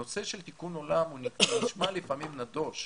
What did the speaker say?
נושא של תיקון עולם נשמע לפעמים נדוש,